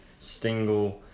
Stingle